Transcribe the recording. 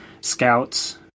scouts